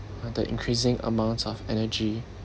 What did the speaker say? uh the increasing amounts of energy